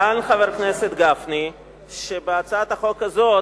טען חבר הכנסת גפני שהצעת החוק הזאת,